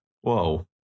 Whoa